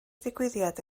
digwyddiad